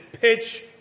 pitch